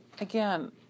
Again